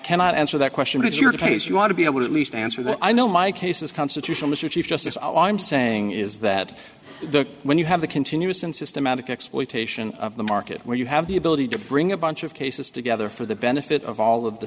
cannot answer that question to your case you want to be able to at least answer that i know my case is constitutional mr chief justice all i'm saying is that the when you have the continuous and systematic exploitation of the market where you have the ability to bring a bunch of cases together for the benefit of all of the